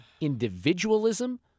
individualism